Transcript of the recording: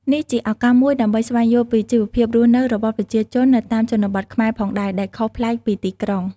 នេះជាឱកាសមួយដើម្បីស្វែងយល់ពីជីវភាពរស់នៅរបស់ប្រជាជននៅតាមជនបទខ្មែរផងដែរ ដែលខុសប្លែកពីទីក្រុង។